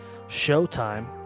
SHOWTIME